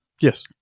Yes